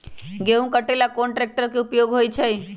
गेंहू के कटे ला कोंन ट्रेक्टर के उपयोग होइ छई?